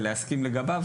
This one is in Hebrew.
ולהסכים לגביו.